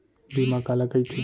बीमा काला कइथे?